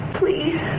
please